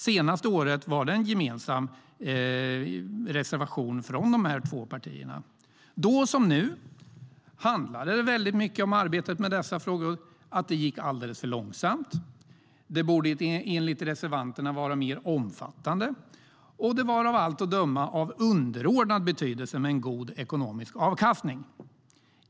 Senast förra året hade dessa två partier en gemensam reservation. Då som nu handlade det mycket om arbetet med dessa frågor, som enligt reservanterna gick alldeles för långsamt och borde vara mer omfattande. Det var av allt att döma av underordnad betydelse att få god ekonomisk avkastning.